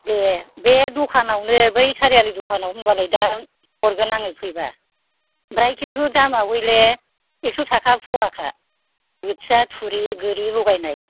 दे बे दखानावनो बै सारियालि दखानाव होमबालाय दा हरगोन आङो फैबा ओमफ्राय खिन्थु दामा हयले एक्स' थाखा फ'वाखा बोथिया थुरि गोरि लगायनाय